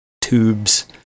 tubes